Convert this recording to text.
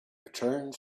returned